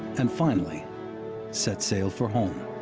and finally set sail for home.